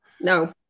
no